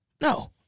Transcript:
No